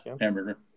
hamburger